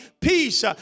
peace